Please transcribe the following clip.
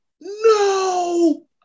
no